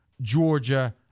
Georgia